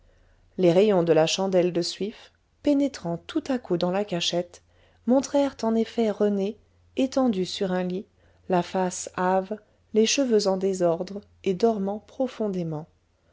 les rayons de la chandelle de suif pénétrant tout à coup dans la cachette montrèrent en effet rené étendu sur un lit la face hâve les cheveux en désordre et dormant profondément